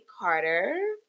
Carter